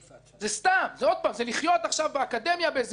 זה לחיות באקדמיה באיזו בועה,